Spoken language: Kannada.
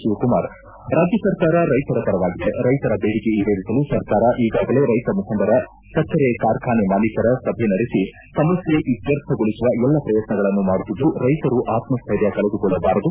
ಶಿವಕುಮಾರ್ ರಾಜ್ಯ ಸರ್ಕಾರ ರೈತರ ಪರವಾಗಿದೆ ರೈತರ ಬೇಡಿಕೆ ಈಡೇರಿಸಲು ಸರ್ಕಾರ ಈಗಾಗಲೇ ರೈತ ಮುಖಂಡರ ಸಕ್ಕರೆ ಕಾರ್ಖಾನೆ ಮಾಲೀಕರ ಸಭೆ ನಡೆಸಿ ಸಮಸ್ಥೆ ಇತ್ತರ್ಥಗೊಳಿಸುವ ಎಲ್ಲ ಪ್ರಯತ್ನಗಳನ್ನು ಮಾಡುತ್ತಿದ್ದು ರೈತರು ಆತ್ಮಸೈರ್ಯ ಕಳೆದುಕೊಳ್ಳಬಾರದು